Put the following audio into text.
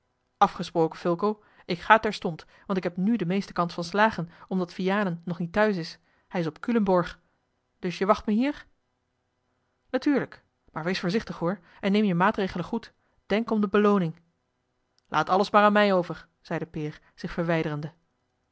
afgesproken fulco ik ga terstond want ik heb nu de meeste kans van slagen omdat vianen nog niet thuis is hij is op culemborg dus jij wacht me hier natuurlijk maar wees voorzichtig hoor en neem je maatregelen goed denk om de belooning laat alles maar aan mij over zeide peer zich verwijderende